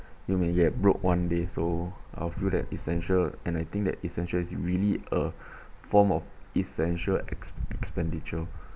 you may get broke one day so I feel that essential and I think that essential is really a form of essential ex~ expenditure